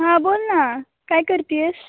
हां बोल ना काय करते आहेस